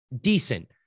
decent